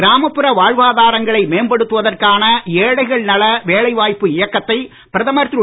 கிராமப்புற வாழ்வாதாரங்களை மேம்படுத்துவதற்கான ஏழைகள் நல வேலை வாய்ப்பு இயக்கத்தை பிரதமர் திரு